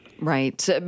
Right